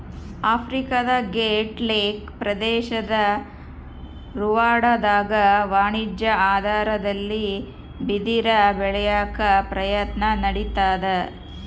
ಆಫ್ರಿಕಾದಗ್ರೇಟ್ ಲೇಕ್ ಪ್ರದೇಶದ ರುವಾಂಡಾದಾಗ ವಾಣಿಜ್ಯ ಆಧಾರದಲ್ಲಿ ಬಿದಿರ ಬೆಳ್ಯಾಕ ಪ್ರಯತ್ನ ನಡಿತಾದ